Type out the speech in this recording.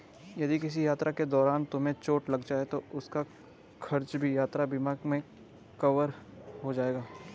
यदि किसी यात्रा के दौरान तुम्हें चोट लग जाए तो उसका खर्च भी यात्रा बीमा में कवर हो जाएगा